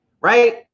right